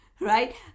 right